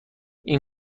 این